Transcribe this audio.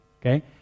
okay